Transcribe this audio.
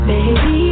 Baby